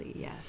yes